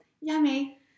Yummy